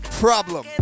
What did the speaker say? problem